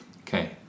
Okay